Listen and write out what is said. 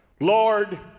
Lord